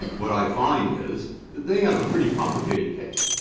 what i find is that they have a pretty complicated case.